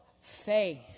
faith